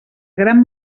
gran